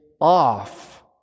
off